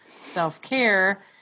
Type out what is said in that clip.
self-care